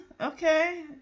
okay